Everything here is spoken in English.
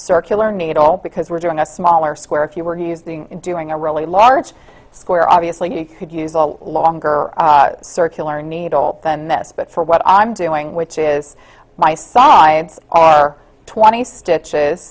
circular needle because we're doing a smaller square if you were doing a really large square obviously you could use the longer circular needle than this but for what i'm doing which is my sides are twenty stitches